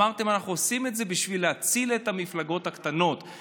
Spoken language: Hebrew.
אמרתם: אנחנו עושים את זה בשביל להציל את המפלגות הקטנות,